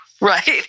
right